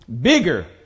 bigger